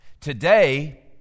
Today